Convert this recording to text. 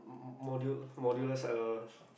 module module less uh